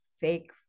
fake